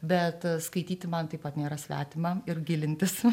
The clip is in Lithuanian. bet skaityti man taip pat nėra svetima ir gilintis